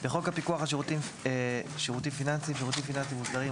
בחוק הפיקוח על שירותים פיננסיים (שירותים פיננסיים מוסדרים),